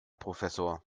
professor